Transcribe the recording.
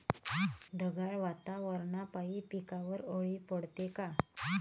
ढगाळ वातावरनापाई पिकावर अळी पडते का?